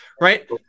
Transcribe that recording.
right